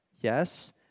Yes